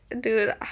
dude